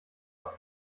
auf